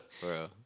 bro